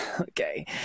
Okay